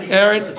Aaron